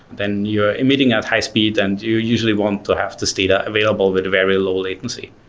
then you're emitting at high speed and you usually want to have this data available with very low latency,